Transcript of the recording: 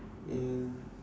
ya